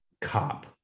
cop